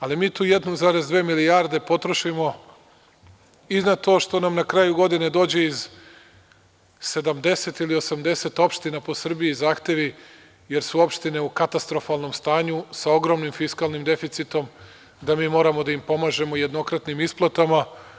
Ali, mi tu 1,2 milijarde potrošimo i na to što nam na kraju godine dođu iz 70 ili 80 opština po Srbiji zahtevi jer su opštine u katastrofalnom stanju, sa ogromnim fiskalnim deficitom, da mi moramo da im pomažemo jednokratnim isplatama.